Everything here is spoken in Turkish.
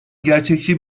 gerçekçi